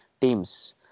teams